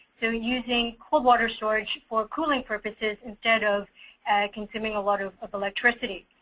they're using cold-water storage for cooling purposes instead of consuming a lot of of electricity.